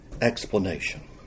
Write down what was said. explanation